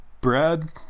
Brad